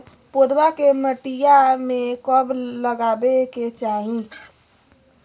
पौधवा के मटिया में कब लगाबे के चाही?